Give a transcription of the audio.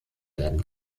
werden